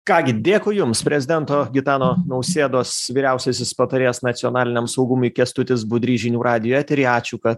ką gi dėkui jums prezidento gitano nausėdos vyriausiasis patarėjas nacionaliniam saugumui kęstutis budrys žinių radijo eteryje ačiū kad